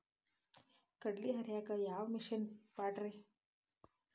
ಕಡ್ಲಿ ಹರಿಯಾಕ ಯಾವ ಮಿಷನ್ ಪಾಡ್ರೇ?